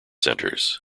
centres